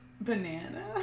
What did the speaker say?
Banana